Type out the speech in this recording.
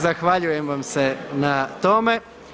Zahvaljujem vam se na tome.